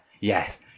yes